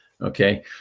okay